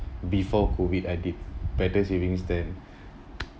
before COVID I did better savings than